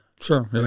sure